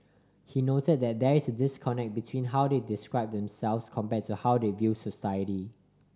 he noted that there is a disconnect between how they describe themselves compare to how they view society